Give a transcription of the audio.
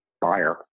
buyer